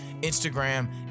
Instagram